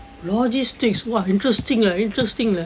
logistics !wah! interesting ah interesting lah